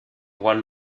one